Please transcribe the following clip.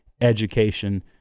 education